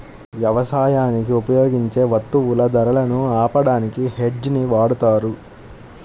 యవసాయానికి ఉపయోగించే వత్తువుల ధరలను ఆపడానికి హెడ్జ్ ని వాడతారు